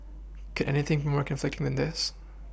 could anything be more conflicting than this